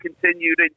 continued